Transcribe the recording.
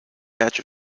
batch